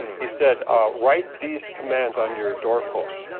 he said write these commands on your doorposts.